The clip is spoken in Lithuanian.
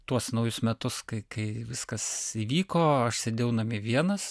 tuos naujus metus kai kai viskas įvyko aš sėdėjau namie vienas